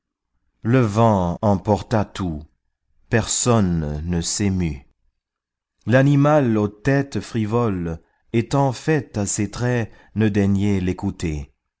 le vent emporta tout personne ne s'émut l'animal aux têtes frivoles étant fait à ces traits ne daignait l'écouter